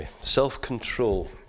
Self-control